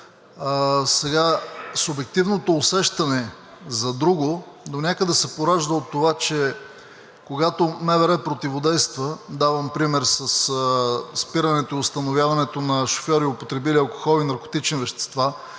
Субективното усещане за друго донякъде се поражда от това, че когато МВР противодейства – давам пример със спирането и установяването на шофьори, употребили алкохол и наркотични вещества,